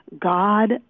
God